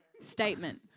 Statement